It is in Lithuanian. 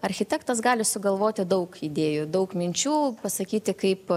architektas gali sugalvoti daug idėjų daug minčių pasakyti kaip